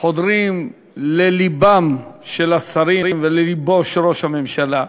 חודרים ללבם של השרים וללבו של ראש הממשלה.